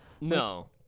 No